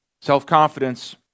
Self-confidence